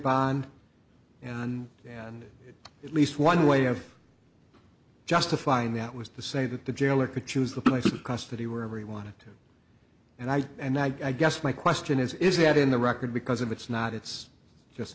bond and at least one way of justifying that was to say that the jailer could choose the place of custody where everyone and i and i guess my question is is that in the record because if it's not it's just